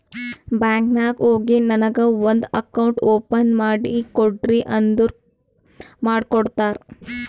bank ನಾಗ್ ಹೋಗಿ ನನಗ ಒಂದ್ ಅಕೌಂಟ್ ಓಪನ್ ಮಾಡಿ ಕೊಡ್ರಿ ಅಂದುರ್ ಮಾಡ್ಕೊಡ್ತಾರ್